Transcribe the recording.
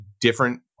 different